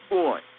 boy